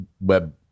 web